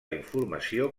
informació